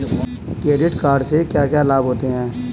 Credit card से क्या क्या लाभ होता है?